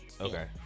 Okay